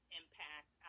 impact